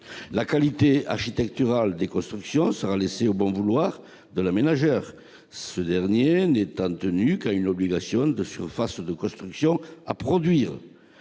La qualité architecturale des constructions sera laissée au bon vouloir de l'aménageur, ce dernier n'étant tenu qu'à une obligation de surface de construction à produire.